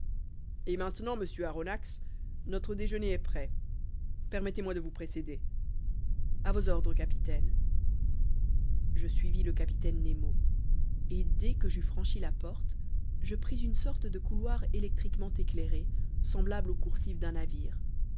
et maintenant monsieur aronnax notre déjeuner est prêt permettez-moi de vous précéder a vos ordres capitaine je suivis le capitaine nemo et dès que j'eus franchi la porte je pris une sorte de couloir électriquement éclairé semblable aux coursives d'un navire